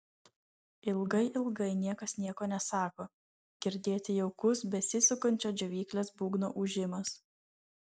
ilgai ilgai niekas nieko nesako girdėti jaukus besisukančio džiovyklės būgno ūžimas